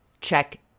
check